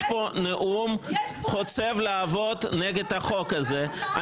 נאמת פה נאום חוצב להבות נגד החוק הזה.